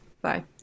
bye